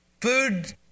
food